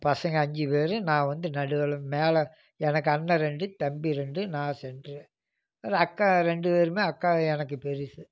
பசங்கள் அஞ்சு பேர் நான் வந்து நடுவில் மேலே எனக்கு அண்ணன் ரெண்டு தம்பி ரெண்டு நான் சென்ட்ரு அதில் அக்கா ரெண்டு பேரும் அக்கா எனக்கு பெருசு